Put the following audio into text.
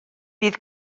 bydd